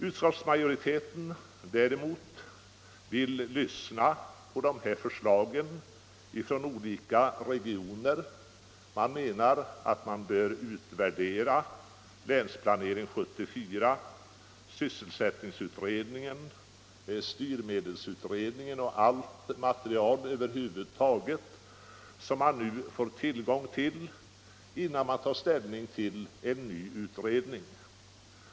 Utskottsmajoriteten däremot vill lyssna på förslagen från olika regioner. Utskottet menar att man bör utvärdera Länsplanering 74, sysselsättnings utredningen och styrmedelsutredningen samt studera allt material över huvud taget som man nu får tillgång till, innan man tar ställning till frågan om en ny utredning.